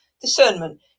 Discernment